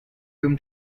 room